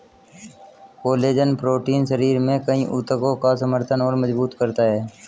collagen protein शरीर में कई ऊतकों का समर्थन और मजबूत करता है